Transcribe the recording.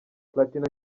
platini